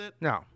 No